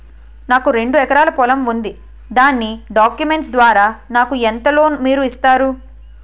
నాకు రెండు ఎకరాల పొలం ఉంది దాని డాక్యుమెంట్స్ ద్వారా నాకు ఎంత లోన్ మీరు ఇస్తారు?